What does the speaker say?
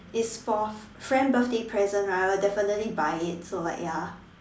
if for friend birthday present right I will definitely buy it so like ya